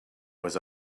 was